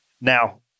now